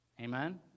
Amen